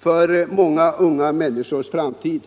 för många unga människors framtid.